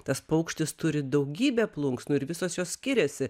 tas paukštis turi daugybę plunksnų ir visos jos skiriasi